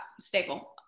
staple